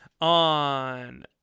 on